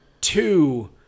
two